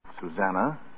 Susanna